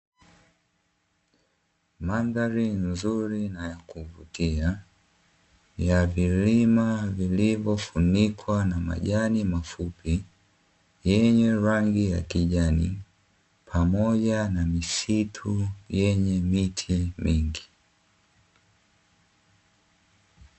Mandhari nzuri na ya kuvutia ya vilima vilivyo funikwa na majani mafupi yenye rangi ya kijani pamoja na misitu yenye miti mingi.